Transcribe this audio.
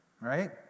Right